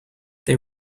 they